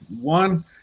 one